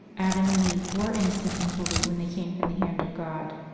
adam and eve were innocent and holy when they came from the hand of god.